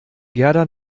gerda